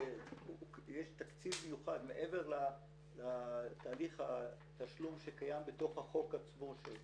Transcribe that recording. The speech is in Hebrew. שיש תקציב מיוחד מעבר לתהליך התשלום שקיים בתוך החוק עצמו,